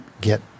get